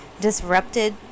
disrupted